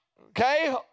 Okay